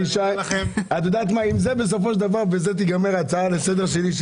אם בזה תיגמר ההצעה לסדר שלי,